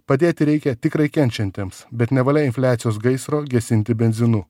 padėti reikia tikrai kenčiantiems bet nevalia infliacijos gaisro gesinti benzinu